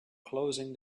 closing